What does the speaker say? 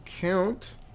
Count